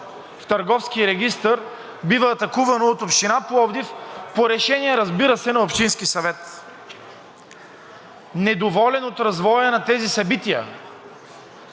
в Търговския регистър бива атакувано от Община Пловдив по решение, разбира се, на Общинския съвет. Недоволен от развоя на тези събития,